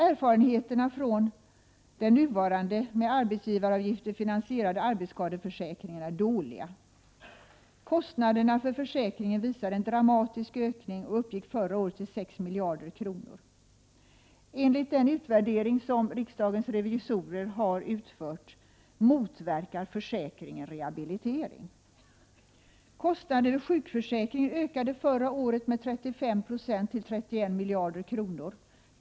Erfarenheterna från den nuvarande med arbetsgivaravgifter finansierade arbetsskadeförsäkringen är dåliga. Kostnaderna för försäkringen visar en dramatisk ökning och uppgick förra året till 6 miljarder kronor. Enligt den utvärdering som riksdagens revisorer har utfört motverkar försäkringen rehabilitering. Kostnaderna för sjukförsäkringen ökade förra året med 35 9 till 31 miljarder kronor.